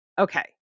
Okay